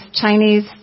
Chinese